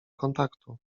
kontaktu